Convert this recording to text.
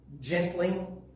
gentling